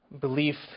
belief